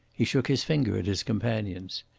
he shook his finger at his companions.